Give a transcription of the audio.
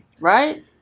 right